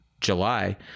July